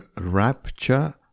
rapture